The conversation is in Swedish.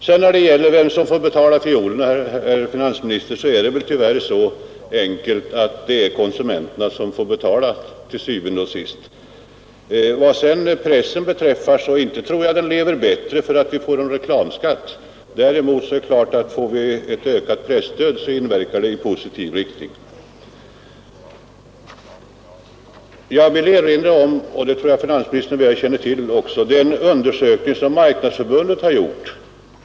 När det sedan gäller vem som skall betala fiolerna, herr finansminister, är det väl tyvärr så enkelt att det är konsumenterna som til syvende og sidst får betala. Vad sedan pressen beträffar så tror jag inte den lever bättre för att vi får en reklamskatt. Ett ökat presstöd inverkar däremot i positiv riktning. Jag vill erinra om den undersökning som Marknadsförbundet gjort och som jag tror att finansministern känner till.